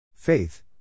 Faith